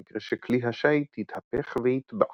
במקרה שכלי השיט יתהפך ויטבע.